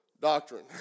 doctrine